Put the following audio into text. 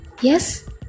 Yes